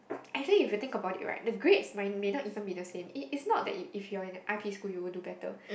actually if you think about it right the grades might may not even be the same it is not that if if you are in a I P school you will do better